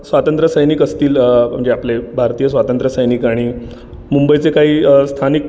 स्वातंत्र्यसैनिक असतील म्हणजे आपले भारतीय स्वातंत्र्य सैनिक आणि मुंबईचे काही स्थानिक